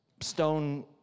stone